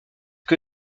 que